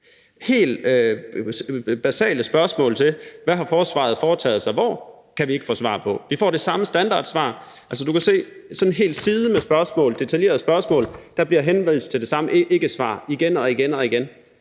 helt basale spørgsmål til, hvad forsvaret har foretaget sig hvor, og det kan vi ikke få svar på. Vi får det samme standardsvar. Altså, du kan se sådan en hel side med spørgsmål, detaljerede spørgsmål, og der bliver henvist til det samme ikkesvar igen og igen. Jeg